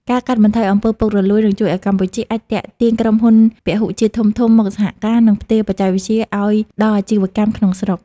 ការកាត់បន្ថយ អំពើពុករលួយ នឹងជួយឱ្យកម្ពុជាអាចទាក់ទាញក្រុមហ៊ុនពហុជាតិធំៗ មកសហការ និងផ្ទេរបច្ចេកវិទ្យាឱ្យដល់អាជីវកម្មក្នុងស្រុក។